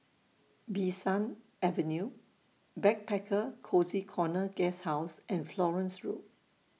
Bee San Avenue Backpacker Cozy Corner Guesthouse and Florence Road